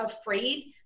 afraid